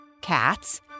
cats